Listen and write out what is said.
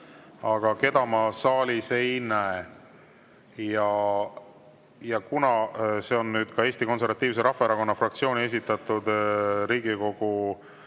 aga teda ma saalis ei näe. Kuna see on Eesti Konservatiivse Rahvaerakonna fraktsiooni esitatud Riigikogu